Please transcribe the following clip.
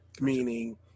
Meaning